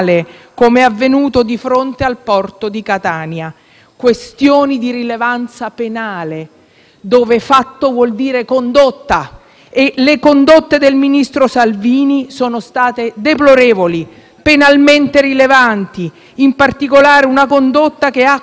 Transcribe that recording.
dove fatto vuol dire condotta. E le condotte del ministro Salvini sono state deplorevoli, penalmente rilevanti, in particolare una condotta che ha come elemento soggettivo del reato il voluto ritardo della comunicazione alla Diciotti